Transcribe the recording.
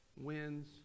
wins